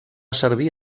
servir